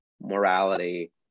morality